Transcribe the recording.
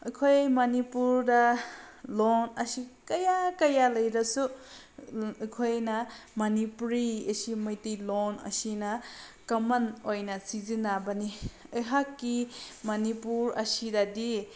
ꯑꯩꯈꯣꯏ ꯃꯅꯤꯄꯨꯔꯗ ꯂꯣꯟ ꯑꯁꯤ ꯀꯌꯥ ꯀꯌꯥ ꯂꯩꯔꯁꯨ ꯑꯩꯈꯣꯏꯅ ꯃꯅꯤꯄꯨꯔꯤ ꯑꯁꯤ ꯃꯩꯇꯩ ꯂꯣꯟ ꯑꯁꯤꯅ ꯀꯃꯟ ꯑꯣꯏꯅ ꯁꯤꯖꯤꯟꯅꯕꯅꯤ ꯑꯩꯍꯥꯛꯀꯤ ꯃꯅꯤꯄꯨꯔ ꯑꯁꯤꯗꯗꯤ